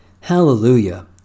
Hallelujah